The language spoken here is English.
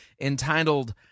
entitled